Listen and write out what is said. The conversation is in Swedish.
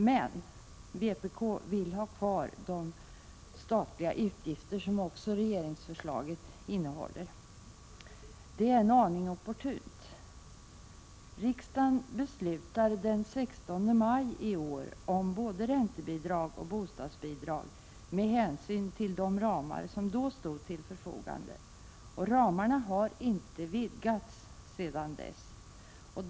Men vpk vill ha kvar de statliga utgifter som regeringsförslaget också innehåller. Det är en aning opportunt. Riksdagen beslutade den 16 maj i år om räntebidrag och bostadsbidrag med hänsyn till de ramar som då stod till förfogande. Ramarna har inte vidgats sedan dess.